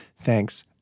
Thanks